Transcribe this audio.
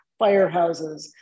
firehouses